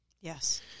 Yes